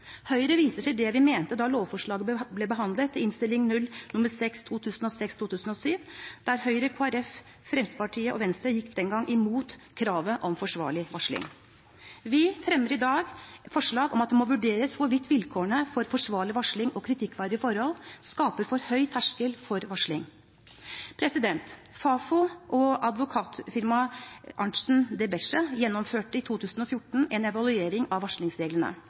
Høyre viser til det vi mente da lovforslaget ble behandlet i Innst. O. nr. 6 for 2006–2007, der Høyre, Kristelig Folkeparti, Fremskrittspartiet og Venstre den gang gikk imot kravet om forsvarlig varsling. Vi fremmer i dag – sammen med Fremskrittspartiet og Venstre – forslag til vedtak om at det må vurderes «hvorvidt vilkårene «forsvarlig varsling» og «kritikkverdige forhold» skaper en for høy terskel for varsling». Fafo og advokatfirmaet Arntzen de Besche gjennomførte i 2014 en evaluering av varslingsreglene